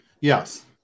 Yes